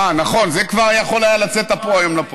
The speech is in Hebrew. אה, נכון, זה כבר יכול היה לצאת לפועל.